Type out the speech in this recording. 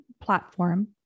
platform